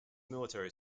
military